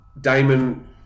Damon